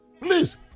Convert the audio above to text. Please